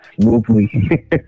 smoothly